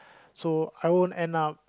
so I won't end up